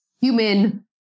human